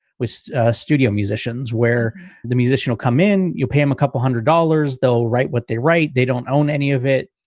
with studio musicians where the musician will come in, you pay him a couple one hundred dollars, they'll write what they write, they don't own any of it.